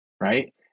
right